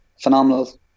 phenomenal